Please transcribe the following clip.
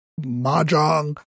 mahjong